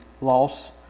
loss